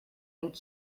and